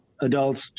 adults